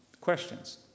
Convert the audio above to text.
questions